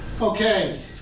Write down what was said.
Okay